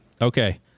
Okay